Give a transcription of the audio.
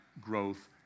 growth